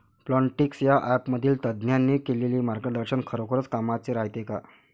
Plantix या ॲपमधील तज्ज्ञांनी केलेली मार्गदर्शन खरोखरीच कामाचं रायते का?